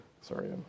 sorry